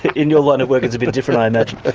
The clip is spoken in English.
in your line of work it's a bit different, i imagine.